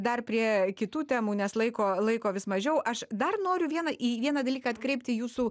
dar prie kitų temų nes laiko laiko vis mažiau aš dar noriu vieną į vieną dalyką atkreipti jūsų